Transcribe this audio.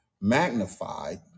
magnified